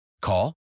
Call